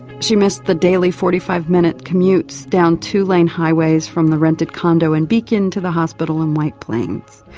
she missed the daily forty five minute commutes down two-lane highways from the rented condo in beacon to the hospital in white plains.